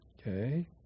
okay